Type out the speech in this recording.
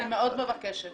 אני מבקשת מאוד.